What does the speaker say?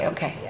Okay